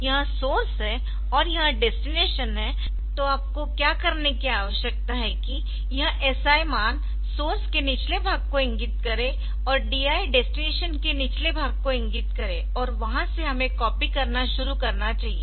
यह सोर्स है और यह डेस्टिनेशन है तो आपको क्या करने की आवश्यकता है कि यह SI मान सोर्स के निचले भाग को इंगित करे और DI डेस्टिनेशन के निचले भाग को इंगित करे और वहीं से हमें कॉपी करना शुरू करना चाहिए